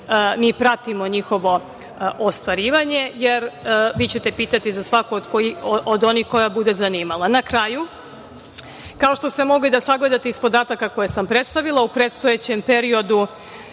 Mi pratimo njihovo ostvarivanje, jer vi ćete pitati za svaku od onih koja vas bude zanimala. Na kraju, kao što ste mogli da sagledate iz podataka koje sam predstavila, u predstojećem periodu